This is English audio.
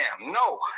No